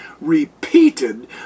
repeated